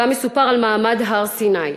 שבה מסופר על מעמד הר-סיני.